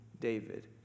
David